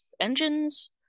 engines